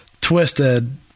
Twisted